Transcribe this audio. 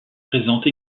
présente